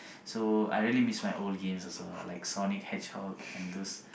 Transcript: so I really miss my old games also ah like Sonic Hedgehog and those